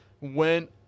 went